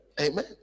Amen